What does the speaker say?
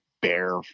bear